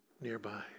nearby